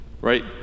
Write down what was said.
right